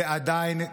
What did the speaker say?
ועדיין,